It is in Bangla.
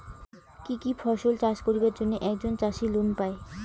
কি কি ফসল চাষ করিবার জন্যে একজন চাষী লোন পায়?